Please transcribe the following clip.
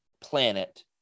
planet